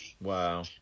Wow